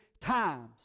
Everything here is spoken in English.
times